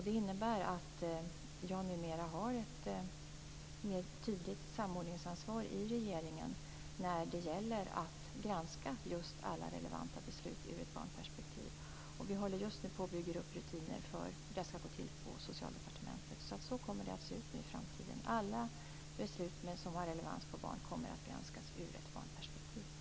Det innebär att jag numera har ett mer tydligt samordningsansvar i regeringen när det gäller att granska alla relevanta beslut ur ett barnperspektiv. Vi håller just nu på att bygga upp rutiner för hur det skall gå till på Socialdepartementet. Så kommer det att se ut i framtiden. Alla beslut som har relevans på barn kommer att granskas ur ett barnperspektiv.